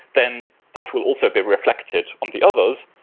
then that will also be reflected on the others,